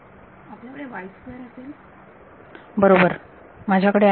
विद्यार्थी आपल्याकडे असेल बरोबर म्हणून माझ्याकडे आहे आणि